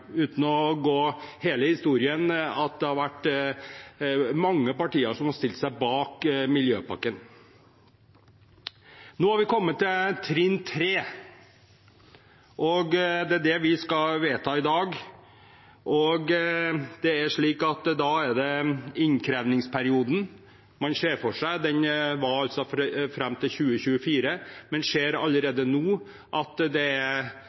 uten å gå inn i hele historien, at mange partier har stilt seg bak miljøpakken. Nå har vi kommet til trinn 3, og det er det vi skal vedta i dag. Da er det innkrevingsperioden man ser for seg. Den var fram til 2024, men man ser allerede nå at det er